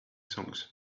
songs